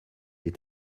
est